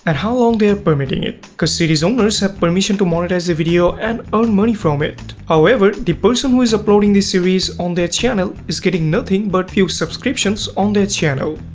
and how long they are permitting it. cause series owners have permission to monetize the video and earn money from it. however, the person who is uploading series on their channel is getting nothing but few subscriptions on their channel.